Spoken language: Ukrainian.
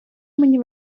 мені